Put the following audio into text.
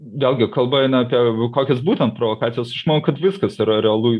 vėlgi kalba eina apie kokios būtent provokacijos aš manau kad viskas yra realu